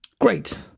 Great